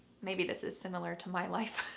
maybe this is similar to my life,